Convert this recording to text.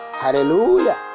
Hallelujah